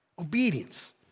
Obedience